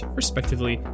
respectively